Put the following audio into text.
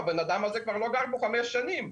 הבן אדם לא גר כאן כבר חמש שנים.